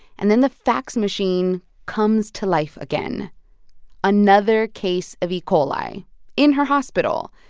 and then the fax machine comes to life again another case of e. coli in her hospital.